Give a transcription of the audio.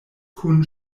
kun